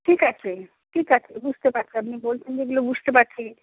ঠিক আছে ঠিক আছে বুঝতে পারছি আপনি বলছেন যেগুলো বুঝতে পারছি